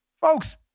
Folks